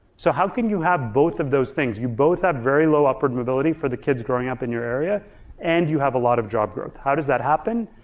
so how can you have both of those things? you both have very low upward mobility for the kids growing up in your area and you have a lot of job growth. how does that happen?